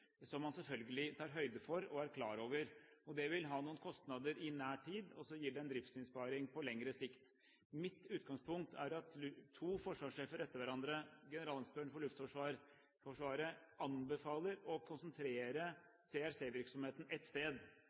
som man selvfølgelig tar høyde for og er klar over. Det vil ha noen kostnader i nær tid, og så gir det en driftsinnsparing på lengre sikt. Mitt utgangspunkt er at to forsvarssjefer etter hverandre og Generalinspektøren for Luftforsvaret anbefaler å konsentrere CRC-virksomheten på ett sted.